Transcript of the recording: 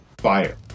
fire